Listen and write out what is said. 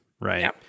right